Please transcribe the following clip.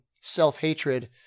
self-hatred